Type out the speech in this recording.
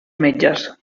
metges